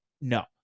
no